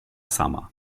sama